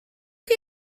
chi